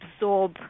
absorb